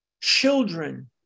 Children